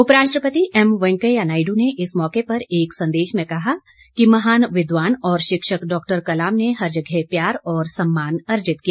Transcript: उप राष्ट्रपति एम वेंकैया नायडू ने इस मौके पर एक संदेश में कहा कि महान विद्वान और शिक्षक डॉ कलाम ने हर जगह प्यार और सम्मान अर्जित किया